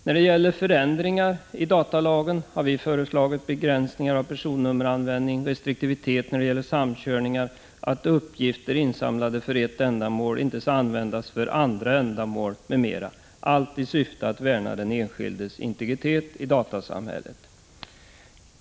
När det gäller förändringar i datalagen har vi föreslagit begränsning av personnummeranvändningen, restriktivitet när det gäller samkörningar, att uppgifter insamlade för ett ändamål inte skall användas för andra ändamål, m.m., allt i syfte att värna den enskildes integritet i datasamhället.